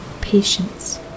patience